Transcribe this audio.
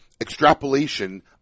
extrapolation